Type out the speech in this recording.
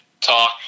talk